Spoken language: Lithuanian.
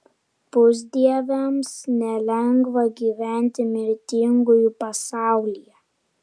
pusdieviams nelengva gyventi mirtingųjų pasaulyje